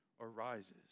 arises